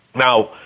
Now